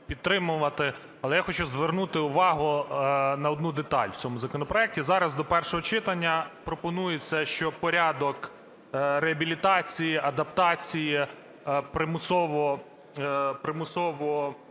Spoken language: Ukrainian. Але я хочу звернути увагу на одну деталь в цьому законопроекті. Зараз до першого читання пропонується, що порядок реабілітації, адаптації примусово